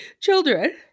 children